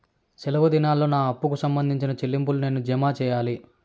సెలవు దినాల్లో నా అప్పుకి సంబంధించిన చెల్లింపులు నేను ఎలా జామ సెయ్యాలి?